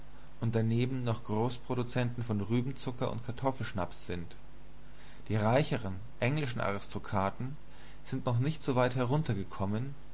und daneben noch großproduzenten von rübenzucker und kartoffelschnaps sind die reicheren englischen aristokraten sind noch nicht so weit heruntergekommen